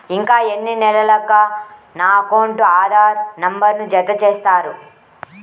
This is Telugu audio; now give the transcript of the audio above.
ఇంకా ఎన్ని నెలలక నా అకౌంట్కు ఆధార్ నంబర్ను జత చేస్తారు?